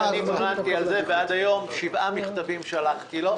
עד היום שבעה מכתבים שלחתי לו.